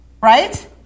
Right